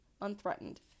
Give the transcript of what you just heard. unthreatened